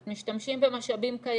זאת אומרת משתמשים במשאבים קיימים,